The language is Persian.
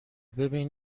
ببین